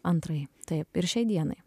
antrai taip ir šiai dienai